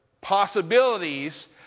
possibilities